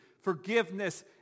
forgiveness